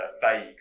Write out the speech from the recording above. vague